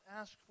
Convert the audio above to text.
ask